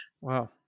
Wow